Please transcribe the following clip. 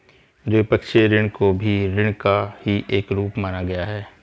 द्विपक्षीय ऋण को भी ऋण का ही एक रूप माना गया है